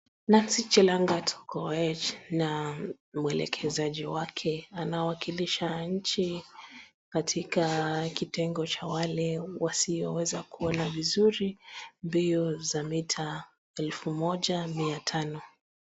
Nancy Chelagat Koech na mwelekezaji wake anawakilisha nchi katika kitengo cha wale wasioweza kuona vizuri mbio za mita elfu moja miatano.